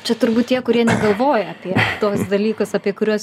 čia turbūt tie kurie negalvoja apie tuos dalykus apie kuriuos